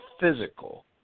physical